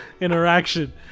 interaction